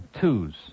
twos